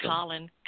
Colin